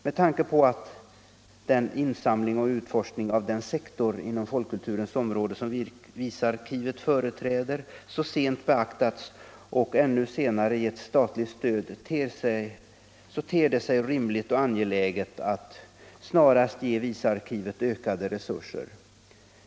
Med tanke på att den insamling och utforskning av den sektor inom folkkulturens område som visarkivet företräder så sent beaktats och ännu senare givits statligt stöd, ter det sig rimligt och angeläget att snarast ge visarkivet ökade resurser.